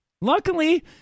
Luckily